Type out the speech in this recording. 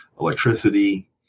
electricity